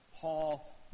Paul